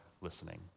listening